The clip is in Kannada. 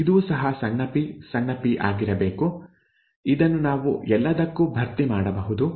ಇದೂ ಸಹ ಸಣ್ಣ ಪಿ ಸಣ್ಣ ಪಿ ಆಗಿರಬೇಕು ಇದನ್ನು ನಾವು ಎಲ್ಲದಕ್ಕೂ ಭರ್ತಿ ಮಾಡಬಹುದು